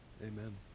Amen